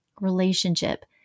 relationship